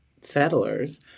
settlers